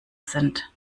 sind